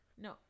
No